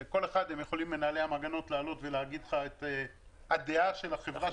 יכולים מנהלי המעגנות לעלות ולהגיד לך את הדעה של החברה שלהן.